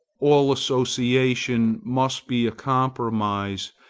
all association must be a compromise,